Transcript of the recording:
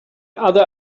other